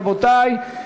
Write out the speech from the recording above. רבותי,